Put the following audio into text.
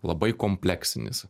labai kompleksinis